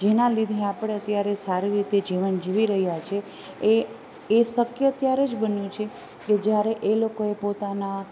જેના લીધે આપણે અત્યારે સારી રીતે જીવન જીવી રહ્યાં છીએ એ એ શક્ય ત્યારે જ બન્યું છે કે જ્યારે એ લોકોએ પોતાના